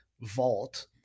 vault